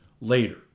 later